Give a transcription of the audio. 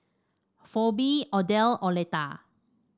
Pheobe Odell and Oleta